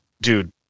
dude